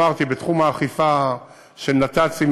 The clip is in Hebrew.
אמרתי, בתחום האכיפה של נת"צים,